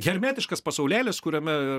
hermetiškas pasaulėlis kuriame